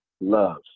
love